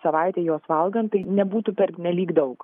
savaitėj jos valgant tai nebūtų pernelyg daug